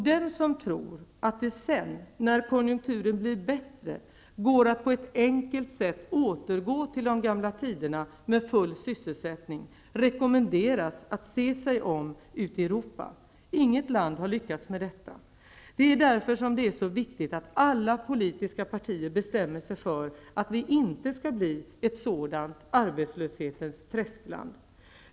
Den som tror att det sedan -- när konjunkturen blir bättre -- går att på ett enkelt sätt återgå till de gamla tiderna med full sysselsättning, rekommenderas att se sig om ute i Europa. Inget land har lyckats med detta. Det är därför som det är så viktigt att alla politiska partier betämmer sig för att vi inte skall bli ett sådant arbetslöshetens träskland.